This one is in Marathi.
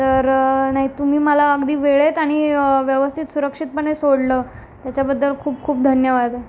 तर नाही तुम्ही मला अगदी वेळेत आणि व्यवस्थित सुरक्षितपणे सोडलं त्याच्याबद्दल खूप खूप धन्यवाद